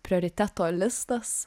prioriteto listas